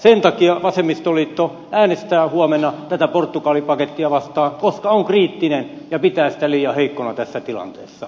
sen takia vasemmistoliitto äänestää huomenna tätä portugali pakettia vastaan koska on kriittinen ja pitää sitä liian heikkona tässä tilanteessa